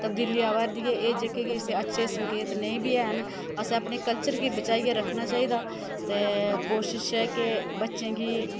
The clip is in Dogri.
तब्दीली आवा दी ऐ एह् जेह्के अच्छे संकेत नेईं बी हैन असें अपने कल्चर गी बचाइयै रक्खना चाहिदा ते कोशिश ऐ के बच्चें गी